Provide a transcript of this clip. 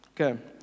Okay